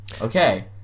Okay